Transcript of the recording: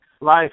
life